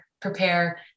prepare